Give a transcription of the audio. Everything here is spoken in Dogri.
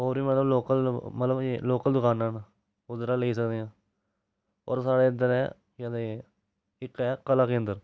होर बी मतलब लोकल मतलब एह् लोकल दकानां न उद्धरा लेई सकदे आं होर साढ़े इद्धर ऐ केह् आखदे इक ऐ कला केंदर